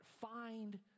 find